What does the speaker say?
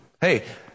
Hey